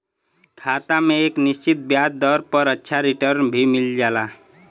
खाता में एक निश्चित ब्याज दर पर अच्छा रिटर्न भी मिल जाला